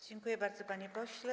Dziękuję bardzo, panie pośle.